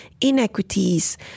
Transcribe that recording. inequities